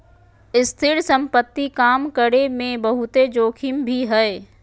स्थिर संपत्ति काम करे मे बहुते जोखिम भी हय